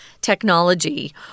technology